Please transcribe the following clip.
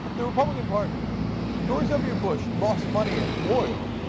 the reporting and party george w. bush lost money in oil,